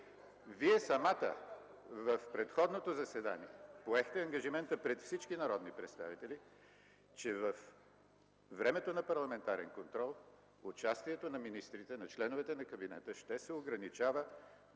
Вие самата в предходното заседание поехте ангажимента пред всички народни представители, че във времето на парламентарен контрол участието на министрите, на членовете на кабинета ще се ограничава